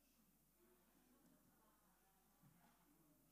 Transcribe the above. החלטת ועדת הכספים בדבר פיצול סעיף 6 בפרק